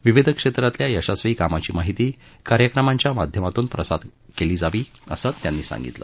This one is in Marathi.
विविध क्षेत्रातल्या यशस्वी कामाची माहिती कार्यक्रमांच्या माध्यमांतून प्रसारित केली जावी असं ते म्हणाले